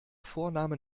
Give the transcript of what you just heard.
vorname